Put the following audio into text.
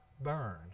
burn